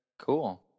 cool